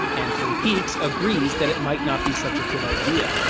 and twin peaks agrees that it might not be such a good idea.